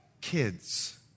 kids